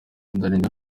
danny